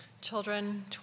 children